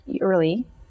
early